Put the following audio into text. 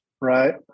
Right